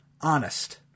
Honest